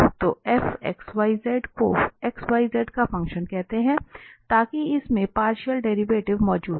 तो fx y z को x y z का फंक्शन कहते हैं ताकि इसमें पार्शियल डेरीवेटिव मौजूद रहे